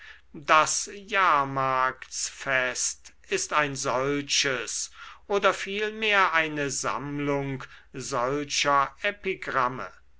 das jahrmarktsfest ist ein solches oder vielmehr eine sammlung solcher